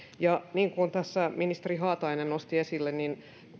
ja niin kuin tässä ministeri haatainen nosti esille niin